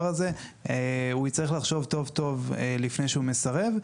הזה הוא יצטרך לחשוב טוב טוב לפני שהוא מסרב.